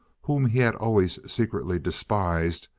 whom he had always secretly despised,